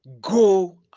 go